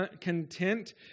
content